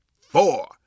four